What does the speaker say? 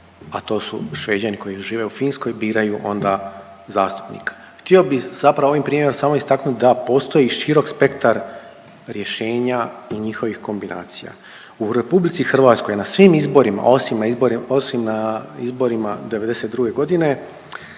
a to su Šveđani koji žive u Finskoj, biraju onda zastupnika. Htio bi zapravo ovim primjerom samo istaknut da postoji širok spektar rješenja i njihovih kombinacija. U RH na svim izborima osim na izborima '92.g.